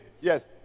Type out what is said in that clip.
Yes